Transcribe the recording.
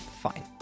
Fine